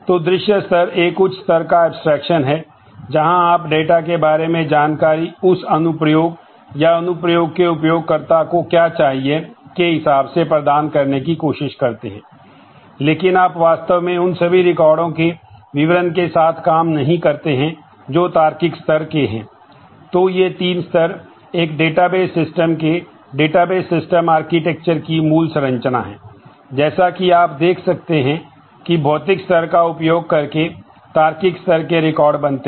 तो दृश्य स्तर एक उच्च स्तर का एब्स्ट्रेक्शन है जहां आप डेटा के बारे में जानकारी उस अनुप्रयोग या अनुप्रयोग के उपयोगकर्ताओं को क्या चाहिए के हिसाब से प्रदान करने की कोशिश करते हैं लेकिन आप वास्तव में उन सभी रिकॉर्डों के विवरण के साथ काम नहीं करते है जो तार्किक स्तर के हैं